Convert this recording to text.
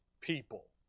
people